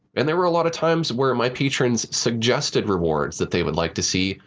and there were a lot of times where my patrons suggested rewards that they would like to see,